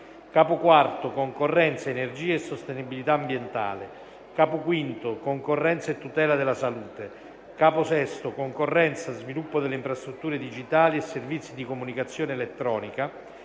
Capo IV concorrenza, energia e sostenibilità ambientale; Capo V concorrenza e tutela della salute; Capo VI concorrenza, sviluppo delle infrastrutture digitali e servizi di comunicazione elettronica;